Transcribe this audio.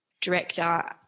director